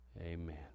Amen